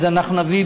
אנחנו נביא,